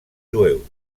jueus